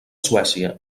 suècia